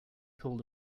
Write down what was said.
pulled